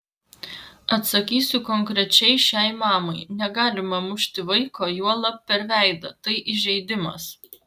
atsakysiu konkrečiai šiai mamai negalima mušti vaiko juolab per veidą tai įžeidimas